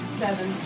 seven